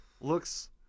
looks